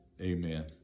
amen